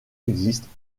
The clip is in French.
existent